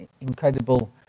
incredible